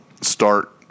start